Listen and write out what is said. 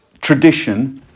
tradition